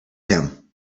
him